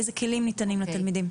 איזה כלים ניתנים לתלמידים.